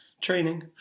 training